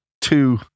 two